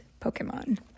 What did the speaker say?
Pokemon